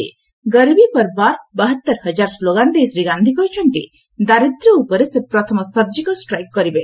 'ଗରିବି ପର୍ ବାର୍ ବାହାତର୍ ହଜାର୍' ସ୍କୋଗାନ୍ ଦେଇ ଶ୍ରୀ ଗାନ୍ଧି କହିଛନ୍ତି ଦାରିଦ୍ର୍ୟ ଉପରେ ସେ ପ୍ରଥମ ସର୍ଜକାଲ୍ ଷ୍ଟ୍ରାଇକ୍ କରିବେ